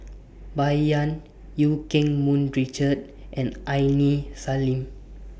Bai Yan EU Keng Mun Richard and Aini Salim